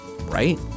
right